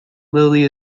lily